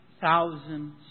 thousand